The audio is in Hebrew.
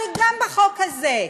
אבל גם בחוק הזה,